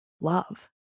love